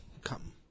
come